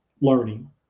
learning